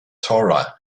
torah